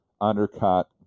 undercut